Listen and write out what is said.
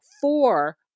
Four